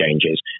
changes